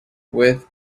with